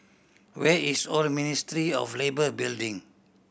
where is Old Ministry of Labour Building